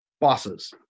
bosses